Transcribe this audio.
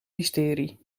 mysterie